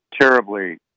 Terribly